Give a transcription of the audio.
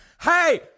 hey